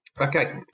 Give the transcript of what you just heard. Okay